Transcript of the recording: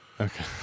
okay